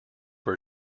were